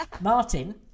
Martin